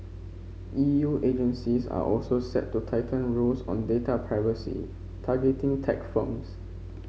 E U agencies are also set to tighten rules on data privacy targeting tech firms